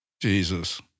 Jesus